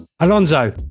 Alonso